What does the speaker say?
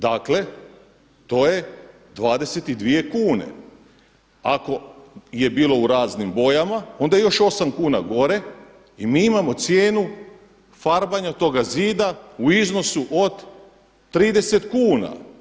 Dakle to je 22 kune, ako je bilo u raznim bojama onda još osam kuna gore i mi imamo cijenu farbanja toga zida u iznosu od 30 kuna.